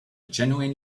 genuine